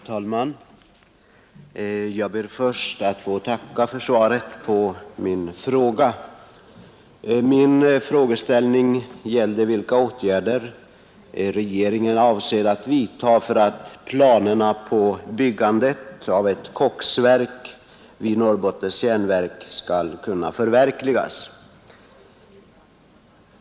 Herr talman! Jag ber först att få tacka för svaret på min fråga, som gällde vilka åtgärder regeringen avser att vidta för att planerna på byggandet av ett koksverk vid Norrbottens järnverk skali kunna förverkligas.